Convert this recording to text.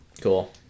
Cool